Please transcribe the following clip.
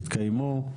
יתקיימו,